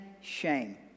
shame